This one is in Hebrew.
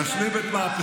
יש עתיד.